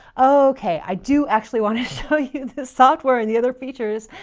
okay. i do actually want to show you the software and the other features.